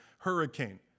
Hurricane